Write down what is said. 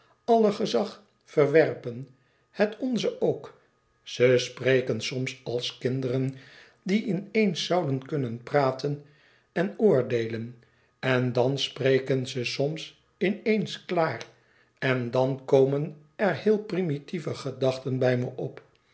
alle gezag verwerpen het onze ook ze spreken soms als kinderen die in éens zouden kunnen praten en oordeelen en dan spreken ze soms in eens klaar en dan komen er heele primitieve gedachten bij me op